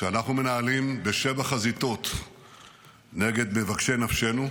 שאנחנו מנהלים בשבע חזיתות נגד מבקשי נפשנו,